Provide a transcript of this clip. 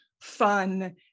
fun